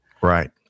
Right